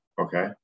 Okay